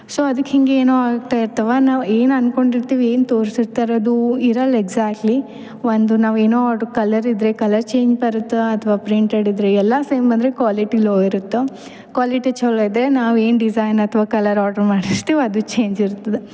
so ಅದಕ್ಕೆ ಹಿಂಗೇ ಏನೋ ಆಗ್ತಾ ಇರ್ತಾವ ನಾವು ಏನು ಅನ್ಕೊಂಡಿರ್ತಿವಿ ಏನು ತೋರಿಸಿರ್ತಾರೋ ಅದು ಇರೊಲ್ಲ ಎಕ್ಸಾಕ್ಟ್ಲಿ ಒಂದು ನಾವು ಏನೋ ಆಡ್ರ್ ಕಲರ್ ಇದ್ರೆ ಕಲರ್ ಚೇಂಜ್ ಬರುತ್ತಾ ಅಥ್ವ ಪ್ರಿಂಟೆಡ್ ಇದ್ರೆ ಎಲ್ಲ ಸೇಮ್ ಬಂದರೆ ಕ್ವಾಲಿಟಿ ಲೊ ಇರುತ್ತೆ ಕ್ವಾಲಿಟಿ ಛಲೋ ಇದ್ರೆ ನಾವು ಏನು ಡಿಸೈನ್ ಅಥ್ವ ಕಲರ್ ಆರ್ಡರ್ ಮಾಡಿರ್ತಿವಿ ಅದು ಚೇಂಜ್ ಇರ್ತದೆ